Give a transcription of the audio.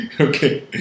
Okay